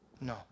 no